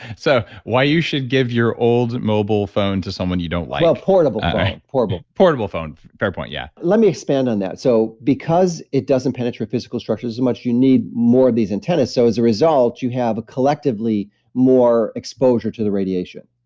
so why you should give your old mobile phone to someone you don't like well, portable phone, portable portable phone. fair point, yeah let me expand on that. so because it doesn't penetrate physical structures as much, you need more of these antennas, so as a result you have a collectively more exposure to the radiation.